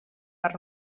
per